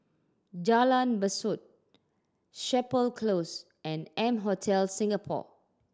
Jalan Besut Chapel Close and M Hotel Singapore